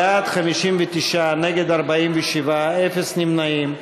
בעד, 59, נגד, 47, אפס נמנעים.